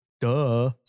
Duh